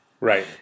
Right